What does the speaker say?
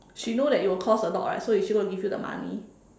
she know that it will cost a lot right so is she going to give you the money